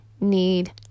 need